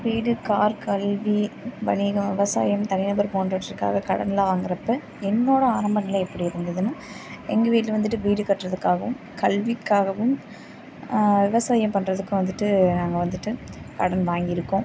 வீடு கார் கல்வி வணிகம் விவசாயம் தனிநபர் போன்றவற்றிற்காக கடனெல்லாம் வாங்கிறப்ப என்னோடய ஆரம்பநிலை எப்படி இருந்ததுன்னா எங்கள் வீட்டில் வந்துட்டு வீடு கட்டுகிறதுக்காகவும் கல்விக்காகவும் விவசாயம் பண்ணுறதுக்கும் வந்துட்டு நாங்கள் வந்துட்டு கடன் வாங்கி இருக்கோம்